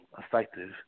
effective